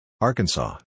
Arkansas